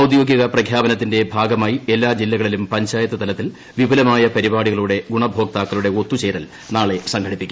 ഔദ്യോഗിക പ്രഖ്യാപനത്തിന്റെ ഭാഗമായി എല്ലാ ജില്ലകളിലും പഞ്ചായത്ത് തലത്തിൽ വിപുലമായ പരിപാടികളോടെ ഗുണഭോക്താക്കളുടെ ഒത്തുചേരൽ നാളെ സംഘടിപ്പിക്കും